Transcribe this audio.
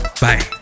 bye